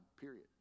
period